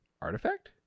artifact